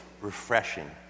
refreshing